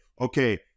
okay